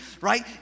right